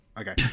Okay